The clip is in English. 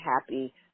happy